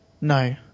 no